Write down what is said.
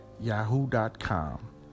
yahoo.com